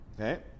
Okay